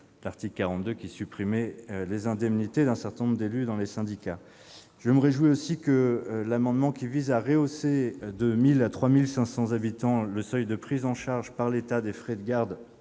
article supprimait les indemnités d'un certain nombre d'élus dans les syndicats. Je me réjouis également que l'amendement visant à rehausser de 1 000 à 3 500 habitants le seuil de prise en charge par l'État des frais de garde